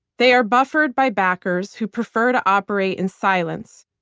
they are buffered by backers who prefer to operate in silence,